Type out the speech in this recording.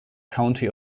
county